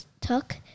took